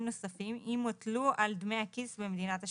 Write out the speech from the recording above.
נוספים אם הוטלו על דמי הכיס במדינת השירות.